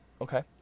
Okay